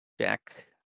Jack